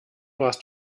warst